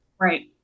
Right